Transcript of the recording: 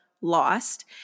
lost